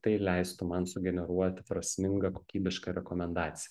tai leistų man sugeneruoti prasmingą kokybišką rekomendaciją